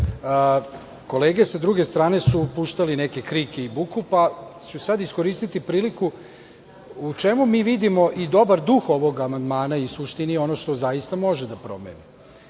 kolege sa druge strane su puštali neke krike i buku, pa ću sada iskoristiti priliku u čemu mi vidimo i dobar duh ovog amandmana i u suštini ono što zaista može da promeni. Ja